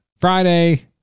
Friday